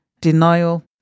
denial